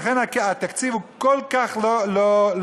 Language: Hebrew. לכן, התקציב הוא כל כך לא הוגן.